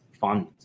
fund